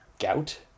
Gout